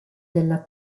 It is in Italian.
della